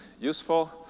useful